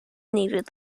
needed